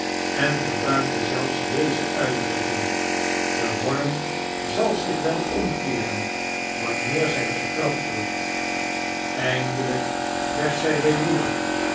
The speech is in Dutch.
en gebruikte zelf s deze uitdarukking deworm zal zich wel omkeeren wanneer zij vertrapt wordt eindelrjk werd zij weemoedig